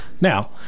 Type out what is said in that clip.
now